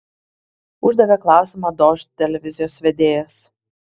uždavė klausimą dožd televizijos vedėjas